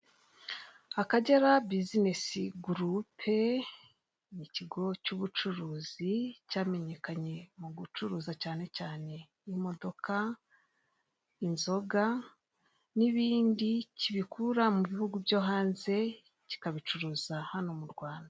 Akagera Bizinesi Gurupe n'ikigo cy'ubucuruzi cyamenyekanye mu gucuruza cyane cyane imodoka, inzoga n'ibindi kibikura mu bihugu byo hanze kikabicuruza hano mu Rwanda.